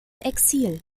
exil